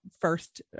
first